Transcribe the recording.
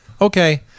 okay